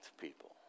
people